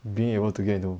being able to get into